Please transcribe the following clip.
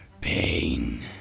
pain